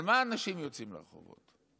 על מה אנשים יוצאים לרחובות?